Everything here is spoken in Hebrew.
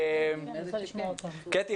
קטי,